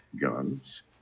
guns